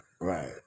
Right